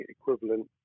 equivalent